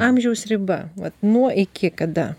amžiaus riba vat nuo iki kada